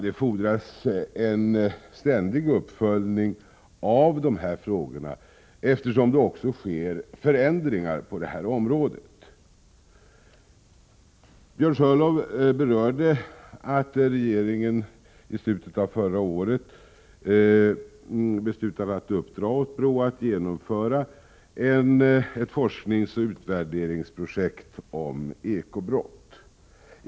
Det fordras en ständig uppföljning av de här frågorna, eftersom det också sker förändringar på detta område. Björn Körlof nämnde att regeringen i slutet av förra året beslutade att uppdra åt BRÅ att genomföra ett forskningsoch utvärderingsprojekt om eko-brott.